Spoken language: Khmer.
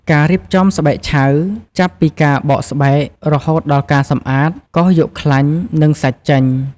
ការរៀបចំស្បែកឆៅ ចាប់ពីការបកស្បែក រហូតដល់ការសម្អាត កោសយកខ្លាញ់ និងសាច់ចេញ។